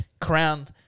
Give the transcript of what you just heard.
Crown